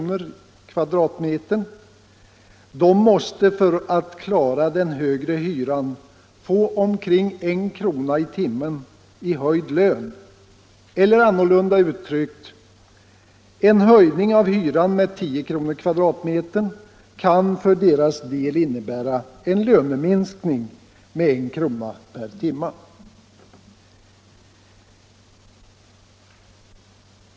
per kvadratmeter, måste för att klara den högre hyran få omkring 1 kr. i timmen i höjd lön, eller annorlunda uttryckt: en höjning av hyran med 10 kr. per kvadratmeter kan för deras del innebära en löneminskning med 1 kr. per timme.